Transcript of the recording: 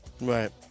Right